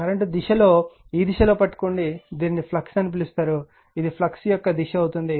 current దిశలో ఈ విధంగా పట్టుకోండి దీనిని ఫ్లక్స్ అని పిలుస్తారు ఇది ఫ్లక్స్ యొక్క దిశ అవుతుంది